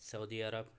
سعودی عرب